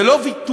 זה לא ויתור,